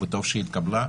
וטוב שהיא התקבלה.